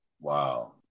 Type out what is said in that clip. Wow